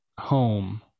home